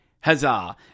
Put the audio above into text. Huzzah